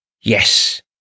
Yes